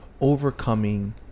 overcoming